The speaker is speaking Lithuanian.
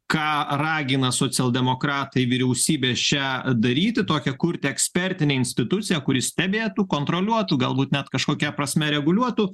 ką ragina socialdemokratai vyriausybė šią daryti tokią kurti ekspertinę instituciją kuri stebėtų kontroliuotų galbūt net kažkokia prasme reguliuotų